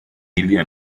familia